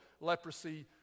Leprosy